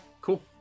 cool